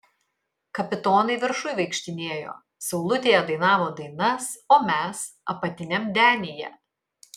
kapitonai viršuj vaikštinėjo saulutėje dainavo dainas o mes apatiniam denyje